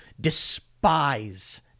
despise